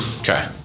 Okay